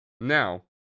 Now